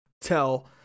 tell